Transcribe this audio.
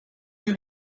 you